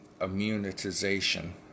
immunization